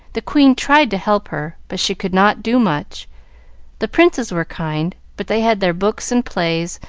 the queen tried to help her, but she could not do much the princes were kind, but they had their books and plays,